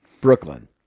brooklyn